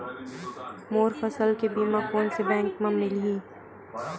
मोर फसल के बीमा कोन से बैंक म मिलही?